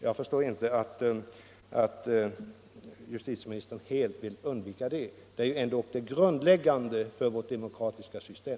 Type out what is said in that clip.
Jag förstår inte att justitieministern helt vill undvika detta. Det är ju ändock det grundläggande för vårt demokratiska system.